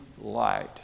light